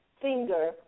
finger